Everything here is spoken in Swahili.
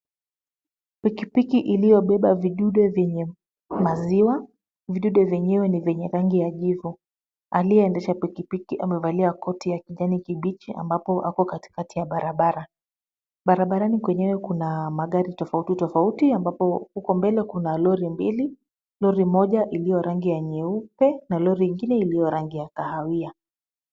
Pikipiki iliyobeba vidude vyenye maziwa, vidude vyenyewe ni venye rangi ya jivu aliyeendesha pikipiki amevalia koti ya kijani kibichi ambapo ako katikati ya barabara. Barabarani kwenyewe kuna magari tofauti tofauti ambapo huko mbele kuna lori mbili. Lori moja iliyo rangi nyeupe na lori ingine iliyo rangi ya kahawia.